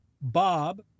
Bob